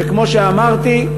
כמו שאמרתי,